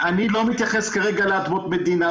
אני לא מתייחס כרגע לאדמות מדינה,